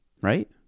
right